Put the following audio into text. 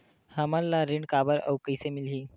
हमला ऋण काबर अउ कइसे मिलही?